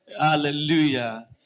Hallelujah